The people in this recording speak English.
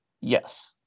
Yes